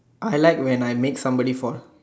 I like when I make somebody fall